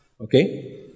Okay